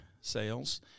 sales